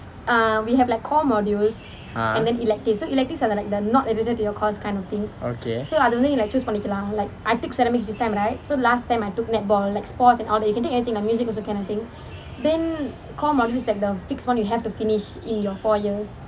ah okay